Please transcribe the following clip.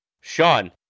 Sean